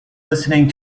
listening